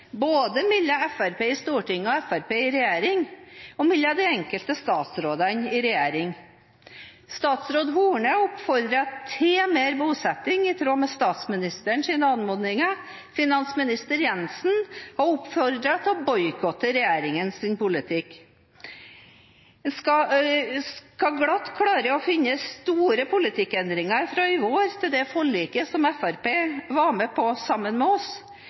både mellom Fremskrittspartiet i Stortinget og Fremskrittspartiet i regjering og mellom de enkelte statsrådene i regjering. Statsråd Horne oppfordret til mer bosetting, i tråd med statsministerens anmodninger. Finansminister Jensen har oppfordret til å boikotte regjeringens politikk. En skal glatt klare å finne store politikkendringer fra i vår til det forliket som Fremskrittspartiet var med på sammen med oss.